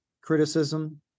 criticism